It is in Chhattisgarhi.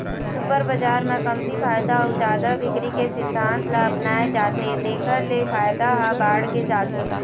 सुपर बजार म कमती फायदा अउ जादा बिक्री के सिद्धांत ल अपनाए जाथे तेखर ले फायदा ह बाड़गे जाथे